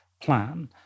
plan